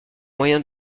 moyen